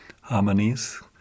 harmonies